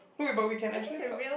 wait but we can actually talk